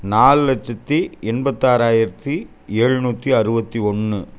நாலு லட்சத்து எண்பத்தாறாயிரத்து ஏழ்நூற்றி அறுபத்தி ஒன்று